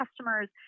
customers